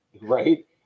right